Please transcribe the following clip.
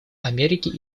америки